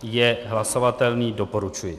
Je hlasovatelný, doporučuji.